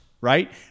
Right